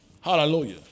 hallelujah